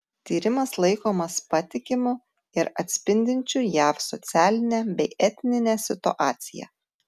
tyrimas laikomas patikimu ir atspindinčiu jav socialinę bei etninę situaciją